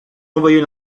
envoyait